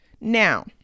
Now